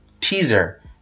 teaser